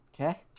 Okay